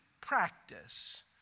practice